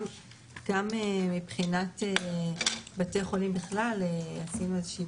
גם מבחינת בתי חולים בכלל עשינו איזה שהיא